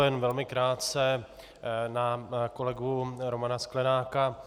Jen velmi krátce na kolegu Romana Sklenáka.